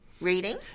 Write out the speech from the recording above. Reading